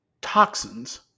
toxins